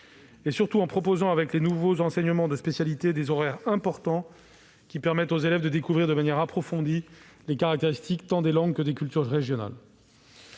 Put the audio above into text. et, surtout, en proposant, avec les nouveaux enseignements de spécialité, des horaires importants qui permettent aux élèves de découvrir de manière approfondie les caractéristiques, tant des langues que des cultures régionales.